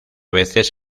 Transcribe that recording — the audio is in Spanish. veces